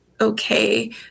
okay